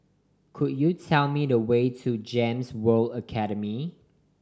could you tell me the way to GEMS World Academy